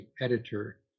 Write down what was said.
editor